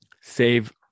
Save